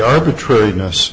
arbitrariness